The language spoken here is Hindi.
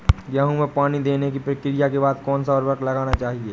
गेहूँ में पानी देने की प्रक्रिया के बाद कौन सा उर्वरक लगाना चाहिए?